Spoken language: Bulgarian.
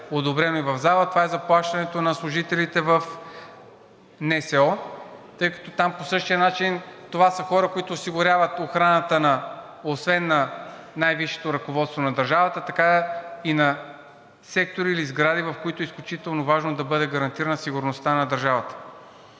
одобрено и в залата, това е заплащането на служителите в НСО, тъй като там по същия начин, това са хора, които осигуряват охраната освен на най-висшето ръководство на държавата, така и на сектори или сгради, в които е изключително важно да бъде гарантирана сигурността на държавата.